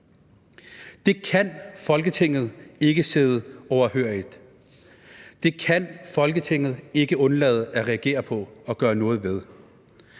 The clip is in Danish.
Det kan Folketinget ikke sidde overhørigt; det kan Folketinget ikke undlade at reagere på og gøre noget ved;